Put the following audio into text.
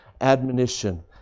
admonition